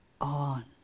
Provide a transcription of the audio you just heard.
on